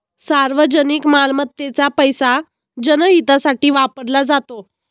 सार्वजनिक मालमत्तेचा पैसा जनहितासाठी वापरला जातो